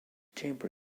chamber